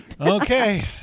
Okay